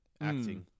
acting